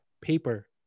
paper